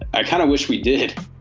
i kind of wish we did.